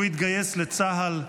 הוא התגייס לצה"ל,